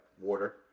water